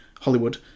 Hollywood